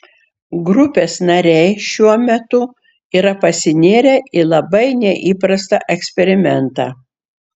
grupės nariai šiuo metu yra pasinėrę į labai neįprastą eksperimentą